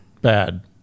Bad